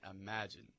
imagine